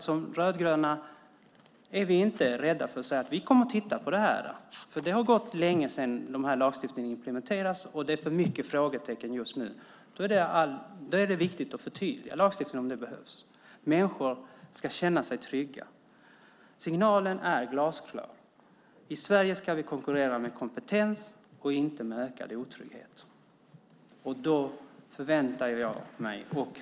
Som rödgröna är vi inte rädda att säga att vi kommer att titta på detta. Det är länge sedan lagstiftningen implementerades och det är för många frågetecken just nu. Det är viktigt att förtydliga lagstiftningen om det behövs. Människor ska känna sig trygga. Signalen är glasklar. I Sverige ska vi konkurrera med kompetens, inte med ökad otrygghet.